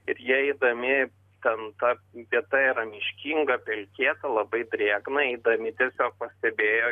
ir jie eidami ten ta vieta yra miškinga pelkėta labai drėgna eidami tiesiog pastebėjo